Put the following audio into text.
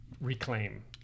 reclaim